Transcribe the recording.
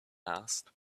asked